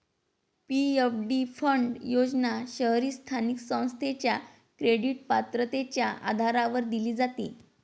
PFD fund योजना शहरी स्थानिक संस्थेच्या क्रेडिट पात्रतेच्या आधारावर दिली जाते